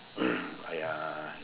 !aiay!